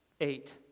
eight